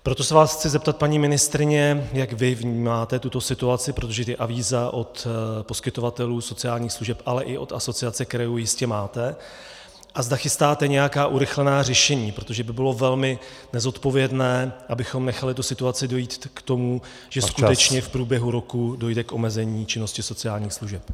Proto se vás chci zeptat, paní ministryně, jak vy vnímáte tuto situaci, protože ta avíza od poskytovatelů sociálních služeb, ale i od Asociace krajů, jistě máte, a zda chystáte nějaká urychlená řešení, protože by bylo velmi nezodpovědné, abychom nechali situaci dojít k tomu , že skutečně v průběhu roku dojde k omezení činnosti sociálních služeb.